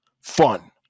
fun